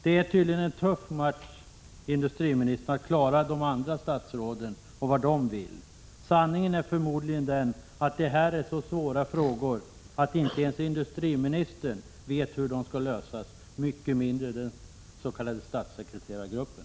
Det är tydligen en tuff match för industriministern att klara de andra statsråden, med deras önskemål. Sanningen är förmodligen den att det här är så svåra frågor att inte ens industriministern vet hur de skall lösas, mycket mindre den s.k. statssekreterargruppen.